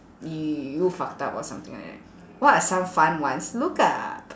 you you fucked up or something like that what are some fun ones look up